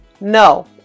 No